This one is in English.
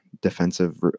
defensive